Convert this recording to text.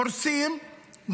הורסים,